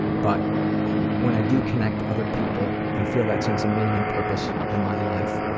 but when i do connect to other people and feel that sense of meaning and purpose in my life,